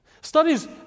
Studies